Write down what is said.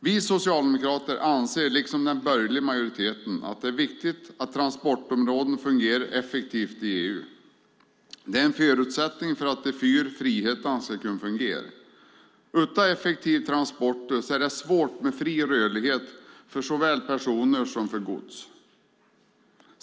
Vi socialdemokrater anser liksom den borgerliga majoriteten att det är viktigt att transportområden fungerar effektivt i EU. Det är en förutsättning för att de fyra friheterna ska kunna fungera. Utan effektiva transporter är det svårt med fri rörlighet för såväl personer som gods.